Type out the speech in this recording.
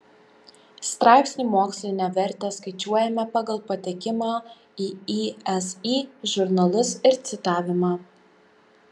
straipsnių mokslinę vertę skaičiuojame pagal patekimą į isi žurnalus ir citavimą